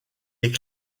est